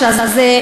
זאת אומרת,